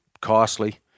costly